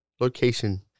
location